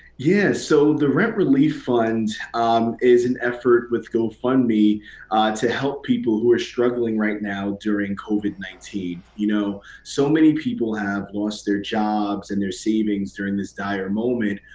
yeah, so the rent relief fund is an effort with gofundme to help people who are struggling right now during covid nineteen. you know so many people have lost their jobs and their savings during this dire moment.